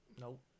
Nope